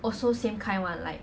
also same kind [one] like